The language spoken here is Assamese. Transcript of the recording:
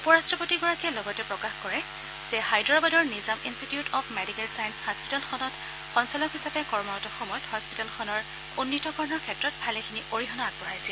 উপ ৰাট্টপতিগৰাকীয়ে লগতে প্ৰকাশ কৰে যে হায়দৰাবাদৰ নিজাম ইনষ্টিটিউট অব মেডিকেল চায়েল হাস্পিতালখনত সঞ্চালক হিচাপে কৰ্মৰত সময়ত হস্পিতালখনৰ উন্নীতকৰণৰ ক্ষেত্ৰত ভালেখিনি অৰিহণা আগবঢ়াইছিল